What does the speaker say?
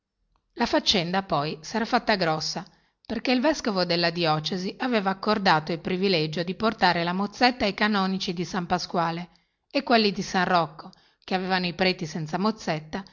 la faccenda poi sera fatta grossa perchè il vescovo della diocesi aveva accordato il privilegio di portar la mozzetta ai preti di san pasquale quelli di san rocco che avevano i preti senza